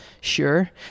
sure